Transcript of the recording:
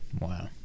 Wow